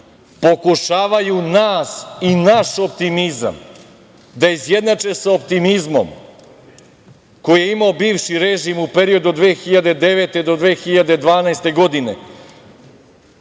pokušavaju nas i naš optimizam da izjednače sa optimizmom koji je imao bivši režim u periodu od 2009. do 2012. godine